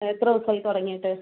എത്ര ദിവസായി തുടങ്ങിയിട്ട്